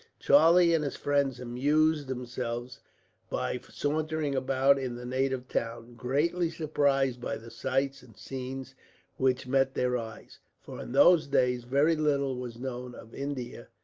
charlie and his friends amused themselves by sauntering about in the native town, greatly surprised by the sights and scenes which met their eyes for in those days very little was known of india,